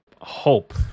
hope